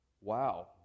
Wow